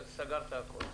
כלומר, שספק הגז